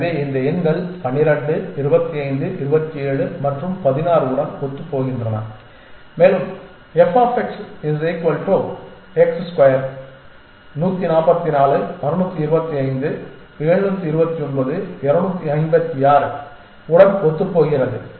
எனவே இந்த எண்கள் 12 25 27 மற்றும் 16 உடன் ஒத்துப்போகின்றன மேலும் f x ஸ்கொயர் 144 625 729 256 உடன் ஒத்திருக்கிறது